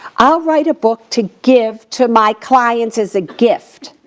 i'll write a book to give to my clients as gift.